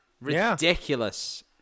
Ridiculous